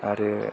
आरो